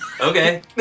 okay